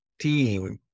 team